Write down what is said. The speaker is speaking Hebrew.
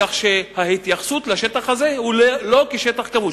כך שההתייחסות לשטח הזה היא לא כשטח כבוש.